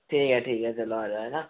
ठीक है ठीक है चलो आ जाओ है न